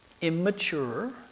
immature